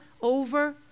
over